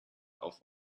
auf